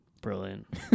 Brilliant